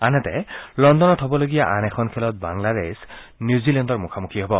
আনহাতে লণ্ডনত হ'বলগীয়া আন এখন খেলত বাংলাদেশ নিউজিলেণ্ডৰ মূখামূখি হ'ব